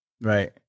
Right